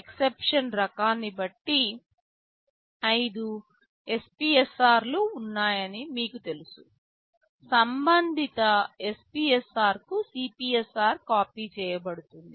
exception రకాన్ని బట్టి 5 SPSR లు ఉన్నాయని మీకు తెలుసు సంబంధిత SPSR కు CPSR కాపీ చేయబడుతుంది